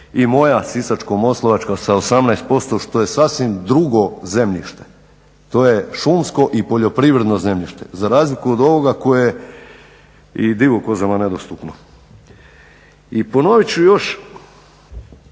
i moja Sisačko-moslavačka sa 18% što je sasvim drugo zemljište. To je šumsko i poljoprivredno zemljište, za razlike od ovoga koje je i divokozama nedostupno. I ponovit ću još